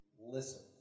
listen